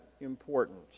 important